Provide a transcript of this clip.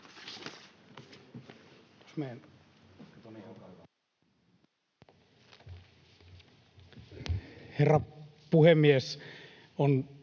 Herra puhemies!